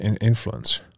influence